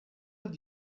have